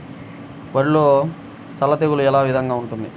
వరిలో సల్ల తెగులు ఏ విధంగా వస్తుంది?